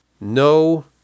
No